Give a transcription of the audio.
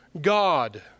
God